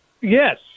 Yes